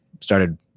started